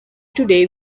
today